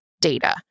data